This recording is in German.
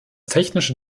technische